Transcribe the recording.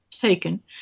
taken